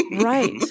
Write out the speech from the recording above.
Right